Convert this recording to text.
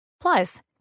plus